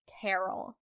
Carol